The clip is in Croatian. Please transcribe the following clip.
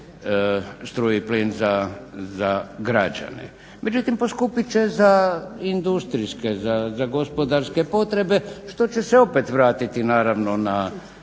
struju i plin za građane. Međutim poskupit će za industrijske, za gospodarske potrebe što će se opet vratiti naravno na